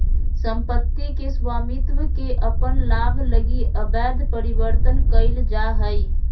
सम्पत्ति के स्वामित्व के अपन लाभ लगी अवैध परिवर्तन कइल जा हइ